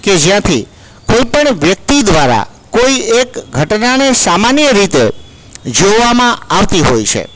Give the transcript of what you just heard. કે જ્યાંથી કોઈ પણ વ્યક્તિ ધ્વારા કોઈ એક ઘટનાને સામાન્ય રીતે જોવામાં આવતી હોય છે